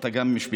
אתה גם משפטן,